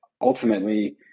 ultimately